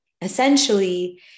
Essentially